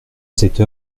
cette